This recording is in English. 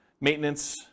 maintenance